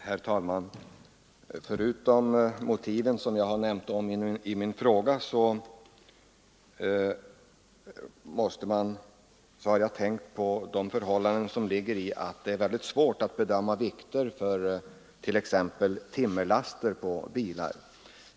Herr talman! Förutom de motiv som jag angivit i min fråga har jag avsett förhållandet att det är mycket svårt att bedöma vikter för t.ex. timmerlaster på bilar.